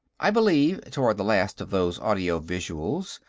i believe, toward the last of those audio-visuals,